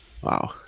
Wow